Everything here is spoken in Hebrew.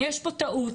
יש פה טעות,